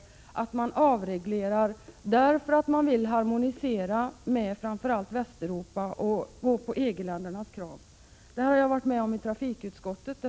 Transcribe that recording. förekommer det att man avreglerar därför att man vill harmonisera med framför allt Västeuropa och ansluta sig till EG-ländernas krav. Jag har sett exempel på det i trafikutskottet.